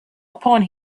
upon